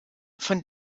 von